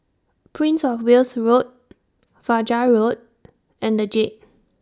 Prince of Wales Road Fajar Road and The Jade